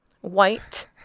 white